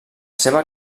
seva